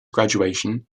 graduation